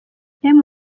emu